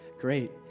Great